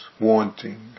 wanting